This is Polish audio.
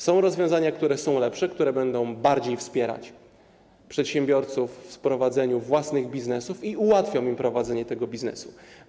Są rozwiązania, które są lepsze, które będą bardziej wspierać przedsiębiorców w prowadzeniu własnych biznesów i ułatwią im prowadzenie tych biznesów.